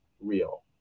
real